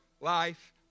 life